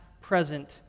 present